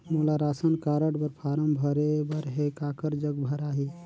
मोला ration card बर form भरे बर हे काकर जग भराही?